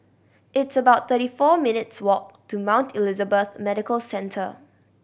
it's about thirty four minutes' walk to Mount Elizabeth Medical Centre